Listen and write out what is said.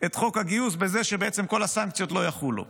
את חוק הגיוס בזה שבעצם כל הסנקציות לא יחולו.